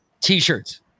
T-shirts